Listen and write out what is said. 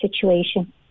situation